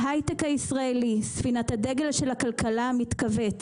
ההייטק הישראלי, ספינת הדגל של הכלכלה, מתכווץ.